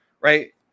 Right